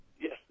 yes